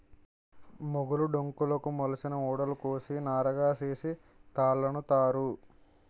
మొగులు డొంకలుకు మొలిసిన ఊడలు కోసి నారగా సేసి తాళల్లుతారు